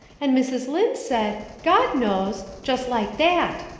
and mrs. lynde said, god knows' just like that.